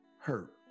hurt